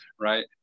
right